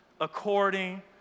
according